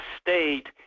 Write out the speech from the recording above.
state